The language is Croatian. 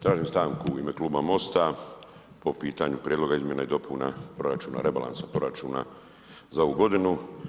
Tražim stanku u ime Kluba MOST-a po pitanju prijedloga izmjena i dopuna proračuna rebalansa, proračuna za ovu godinu.